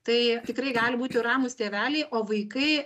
tai tikrai gali būti ramūs tėveliai o vaikai